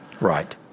Right